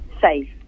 safe